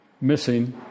missing